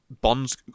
Bond's